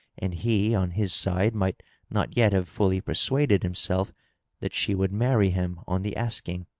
and he, on his side, might not yet have fully persuaded himself that she would marry him on the asking.